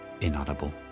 inaudible